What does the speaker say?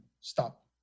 stop